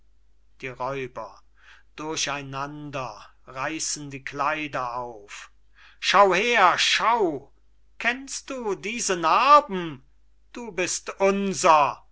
kleider auf schau her schau kennst du diese narben du bist unser